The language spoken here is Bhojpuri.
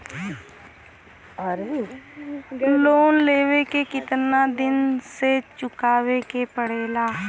लोन लेवे के कितना दिन मे चुकावे के पड़ेला?